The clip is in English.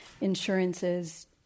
insurances